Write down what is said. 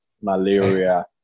Malaria